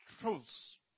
truths